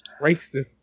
Racist